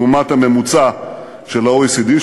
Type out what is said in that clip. לעומת הממוצע של ה-OECD,